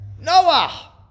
Noah